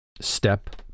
Step